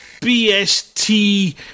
BST